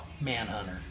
Manhunter